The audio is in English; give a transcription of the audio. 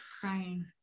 crying